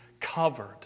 covered